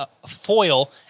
foil